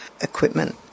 equipment